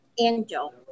angel